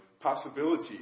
possibility